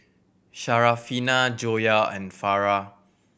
Syarafina Joyah and Farah